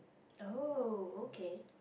oh okay